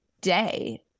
day